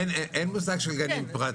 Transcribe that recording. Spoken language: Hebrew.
אין מושג של גנים פרטיים.